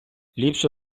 ліпше